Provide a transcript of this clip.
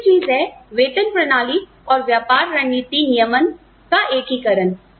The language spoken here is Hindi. दूसरी चीज है वेतन प्रणाली और व्यापार रणनीति नियमन का एकीकरण